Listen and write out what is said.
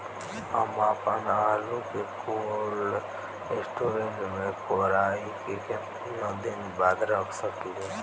हम आपनआलू के कोल्ड स्टोरेज में कोराई के केतना दिन बाद रख साकिले?